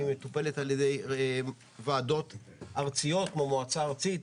היא מטופלת על-ידי ועדות ארציות כמו מועצה ארצית,